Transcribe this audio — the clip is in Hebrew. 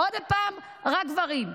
עוד פעם, רק גברים.